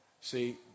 See